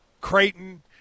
Creighton